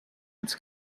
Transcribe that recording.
its